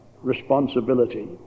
responsibility